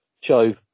show